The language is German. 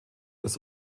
das